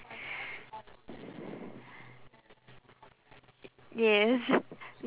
yes